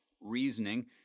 reasoning